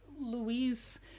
Louise